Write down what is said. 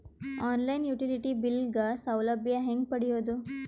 On line utility bill ಗ ಸೌಲಭ್ಯ ಹೇಂಗ ಪಡೆಯೋದು?